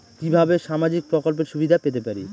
কিভাবে সামাজিক প্রকল্পের সুবিধা পেতে পারি?